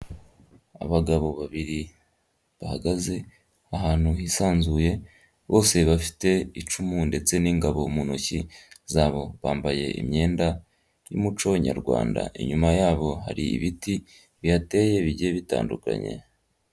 Abagabo babiri bahagaze ahantu hisanzuye bose bafite icumu ndetse n'ingabo mu ntoki zabo bambaye imyenda y'umuco nyarwanda, inyuma yabo hari ibiti bihateye bigiye bitandukanye.